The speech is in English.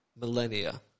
millennia